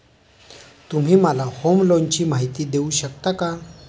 तुम्ही मला होम लोनची माहिती देऊ शकता का?